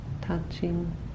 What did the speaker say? touching